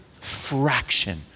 fraction